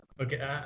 okay